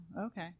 okay